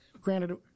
granted